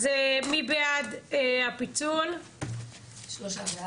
לפני שאנחנו מתחילים בהקראה אני רוצה שעידו או מירי,